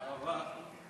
תודה רבה.